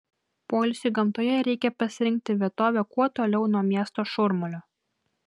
poilsiui gamtoje reikia pasirinkti vietovę kuo toliau nuo miesto šurmulio